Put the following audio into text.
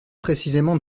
précisément